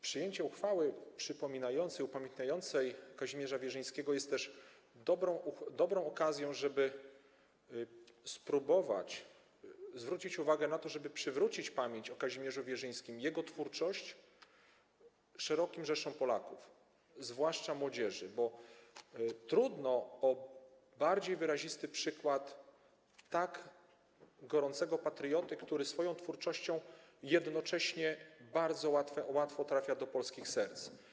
Przyjęcie uchwały przypominającej, upamiętniającej Kazimierza Wierzyńskiego jest też dobrą okazją, żeby spróbować zwrócić uwagę na to, aby przywrócić pamięć o Kazimierzu Wierzyńskim, jego twórczości szerokim rzeszom Polaków, zwłaszcza młodzieży, bo trudno o bardziej wyrazisty przykład tak gorącego patrioty, który swoją twórczością jednocześnie bardzo łatwo trafia do polskich serc.